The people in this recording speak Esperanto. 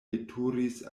veturis